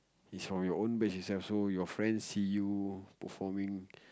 is from your own base itself so your friend see you performing